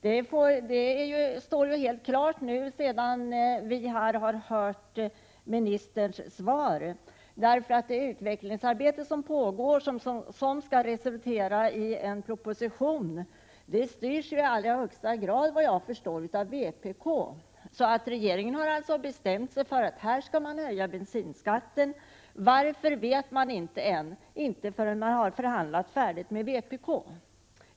Detta står helt klart sedan ministern nu har lämnat sitt svar. Det utvecklingsarbete som pågått och som skall resultera i en proposition styrs i mycket stor utsträckning av vpk. Regeringen har alltså bestämt sig för att bensinskatten skall höjas, men man vet ännu inte varför — inte förrän man har förhandlat med vpk.